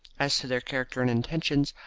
as to their character and intentions,